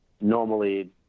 normally